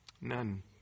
None